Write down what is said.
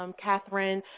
um kathryn,